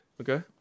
okay